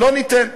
לא ניתן.